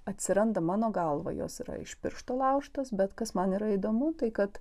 atsiranda mano galva jos yra iš piršto laužtos bet kas man yra įdomu tai kad